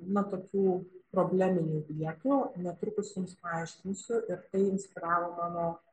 na tokių probleminių vietų netrukus jums paaiškinsiu ir tai inspiravo mano